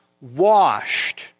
washed